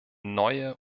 neue